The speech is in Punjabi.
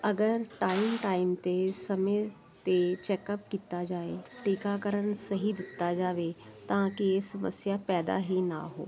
ਅਗਰ ਟਾਈਮ ਟਾਈਮ 'ਤੇ ਸਮੇਂ 'ਤੇ ਚੈਕਅਪ ਕੀਤਾ ਜਾਵੇ ਟੀਕਾਕਰਨ ਸਹੀ ਦਿੱਤਾ ਜਾਵੇ ਤਾਂ ਕਿ ਇਹ ਸਮੱਸਿਆ ਪੈਦਾ ਹੀ ਨਾ ਹੋਵੇ